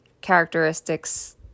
characteristics